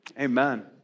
amen